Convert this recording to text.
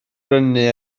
prynu